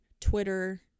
Twitter